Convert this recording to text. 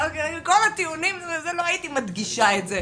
מכל הטיעונים לא הייתי מדגישה את זה,